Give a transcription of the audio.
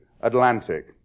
Atlantic